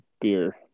beer